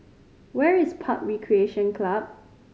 where is PUB Recreation Club